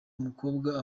umukobwa